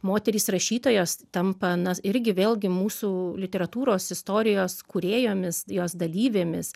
moterys rašytojos tampa na irgi vėlgi mūsų literatūros istorijos kūrėjomis jos dalyvėmis